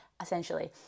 essentially